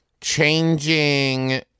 changing